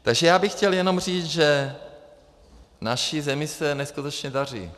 Takže já bych chtěl jenom říct, že naší zemi se neskutečně daří.